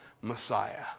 Messiah